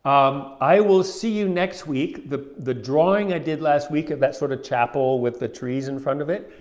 um i will see you next week. the the drawing i did last week of that sort of chapel with the trees in front of it,